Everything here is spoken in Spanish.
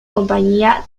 compañía